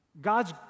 God's